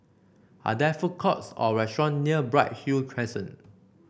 are there food courts or restaurant near Bright Hill Crescent